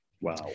Wow